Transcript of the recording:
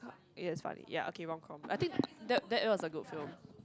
it gets funny ya okay romcom I think that that was a good film